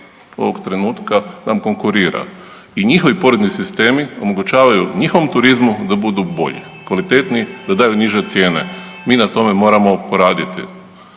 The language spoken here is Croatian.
ovog trenutka nam konkurira i njihovi porezni sistemi omogućavaju njihovom turizmu da budu bolji, kvalitetniji da daju niže cijene. Mi na tome moramo poraditi.